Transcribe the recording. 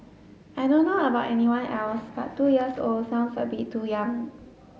I don't know about everyone else but two years old sounds a bit too young